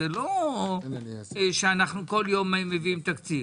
זה לא שאנחנו כל יום מביאים תקציב.